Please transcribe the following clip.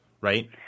right